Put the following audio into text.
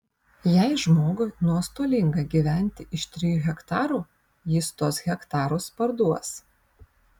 jei žmogui nuostolinga gyventi iš trijų hektarų jis tuos hektarus parduos